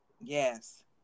Yes